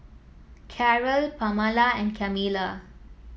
Carrol Pamala and Camila